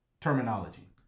terminology